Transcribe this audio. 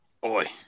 Boy